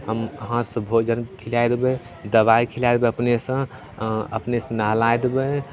हम हाथसे भोजन खिलै देबै दवाइ खिलै देबै अपनेसे अपनेसे नहलाइ देबै